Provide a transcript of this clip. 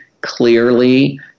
clearly